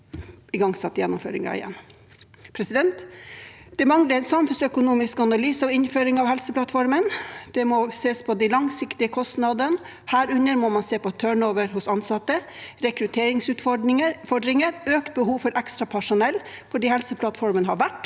Det mangler en samfunnsøkonomisk analyse av innføringen av Helseplattformen. Det må også ses på de langsiktige kostnadene. Herunder må man se på turnover hos ansatte, rekrutteringsutfordringer og økt behov for ekstra personell, fordi Helseplattformen har vært